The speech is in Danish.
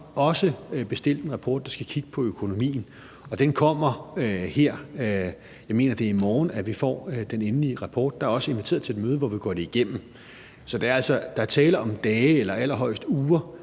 Vi har så også bestilt en rapport, der skal kigge på økonomien, og den kommer i morgen – jeg mener, det er i morgen, at vi får den endelige rapport. Der er også inviteret til et møde, hvor vi går det igennem. Så der er altså tale om dage eller allerhøjst uger,